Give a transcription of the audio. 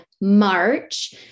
March